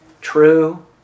True